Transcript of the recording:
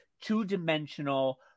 two-dimensional